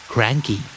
Cranky